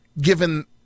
given